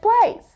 place